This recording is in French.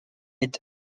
est